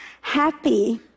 happy